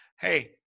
Hey